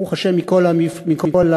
ברוך השם, מכל המשרדים.